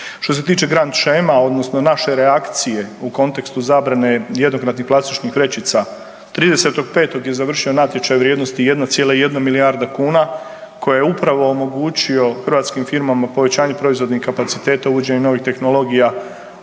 Što se tiče grant shema odnosno naše reakcije u kontekstu zabrane jednokratnih plastičnih vrećica, 30.5. je završio natječaj u vrijednosti 1,1 milijarda kuna koja je upravo omogućio hrvatskim firmama povećanje proizvodnih kapaciteta, uvođenje novih tehnologija